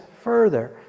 further